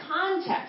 context